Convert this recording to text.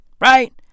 right